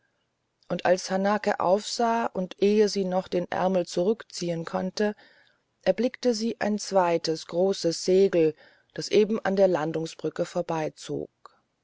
und als hanake aufsah und ehe sie noch den ärmel zurückziehen konnte erblickte sie ein zweites großes segel das eben an der landungsbrücke vorbeizog